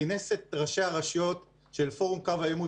כינס את ראשי הרשות של פורום קו העימות